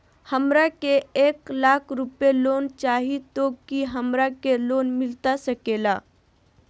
हमरा के एक लाख रुपए लोन चाही तो की हमरा के लोन मिलता सकेला?